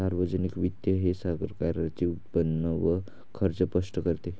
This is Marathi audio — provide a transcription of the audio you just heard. सार्वजनिक वित्त हे सरकारचे उत्पन्न व खर्च स्पष्ट करते